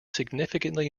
significantly